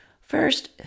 First